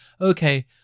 okay